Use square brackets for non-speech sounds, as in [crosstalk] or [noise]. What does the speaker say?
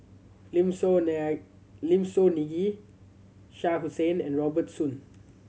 Lim Soo [unintelligible] Lim Soo Ngee Shah Hussain and Robert Soon